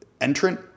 entrant